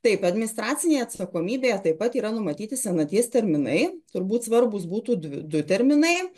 taip administracinėje atsakomybėje taip pat yra numatyti senaties terminai turbūt svarbūs būtų dv du terminai